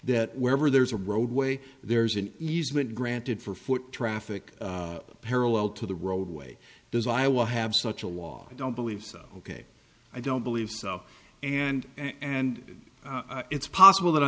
that wherever there's a roadway there's an easement granted for foot traffic parallel to the roadway does iowa have such a law i don't believe so ok i don't believe so and it's possible that